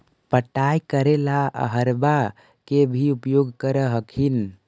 पटाय करे ला अहर्बा के भी उपयोग कर हखिन की?